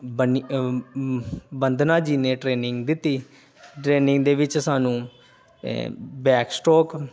ਬਨੀ ਬੰਦਨਾ ਜੀ ਨੇ ਟ੍ਰੇਨਿੰਗ ਦਿੱਤੀ ਟ੍ਰੇਨਿੰਗ ਦੇ ਵਿੱਚ ਸਾਨੂੰ ਬੈਕਸਟਰੋਕ